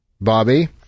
Bobby